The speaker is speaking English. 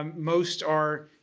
um most are